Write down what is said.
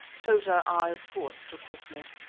tota, i of course took with me.